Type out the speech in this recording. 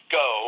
go